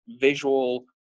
visual